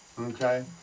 Okay